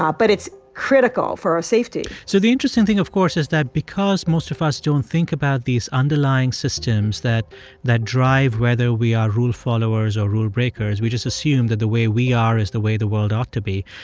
but it's critical for our safety so the interesting thing, of course, is that because most of us don't think about these underlying systems that that drive whether we are rule followers or rule breakers, we just assume that the way we are is the way the world ought to be.